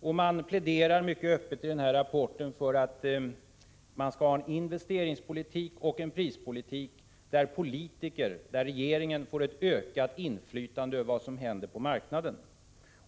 I rapporten pläderas mycket öppet för en investeringspolitik och en prispolitik där politiker, regeringen, får ett ökat inflytande över vad som händer på marknaden.